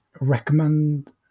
recommend